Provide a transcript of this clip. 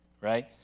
right